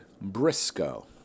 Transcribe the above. Briscoe